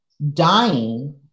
Dying